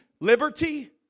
liberty